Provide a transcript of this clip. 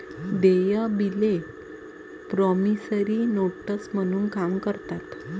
देय बिले promissory notes म्हणून काम करतात